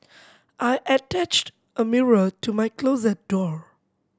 I attached a mirror to my closet door